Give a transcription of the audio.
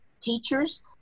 teachers